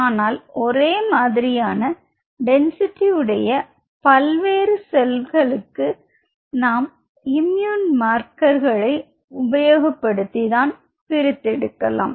ஆனால் ஒரே மாதிரியான டென்சிட்டி உடைய வெவ்வேறு செல்களுக்கு நாம் இம்மியூன் மார்க்கர் உபயோகப்படுத்தி பிரித்தெடுக்கலாம்